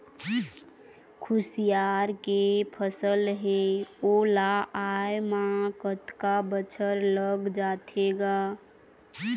खुसियार के फसल हे ओ ला आय म कतका बछर लग जाथे गा?